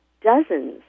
dozens